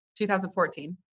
2014